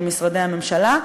במשרדי הממשלה.